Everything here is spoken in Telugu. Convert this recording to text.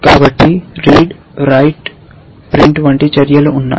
కాబట్టి రీడ్ రైట్ ప్రింట్ వంటి చర్యలు ఉన్నాయి